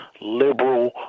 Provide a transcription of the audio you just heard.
liberal